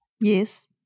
yes